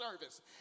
service